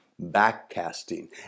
backcasting